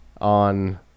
on